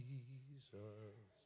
Jesus